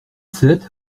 sept